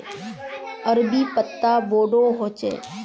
अरबी पत्ता बोडो होचे